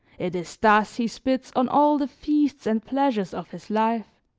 it is thus he spits on all the feasts and pleasures of his life,